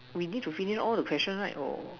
we need to finish all the question right or